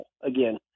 again